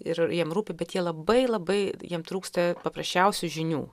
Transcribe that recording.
ir jiem rūpi bet jie labai labai jiem trūksta paprasčiausių žinių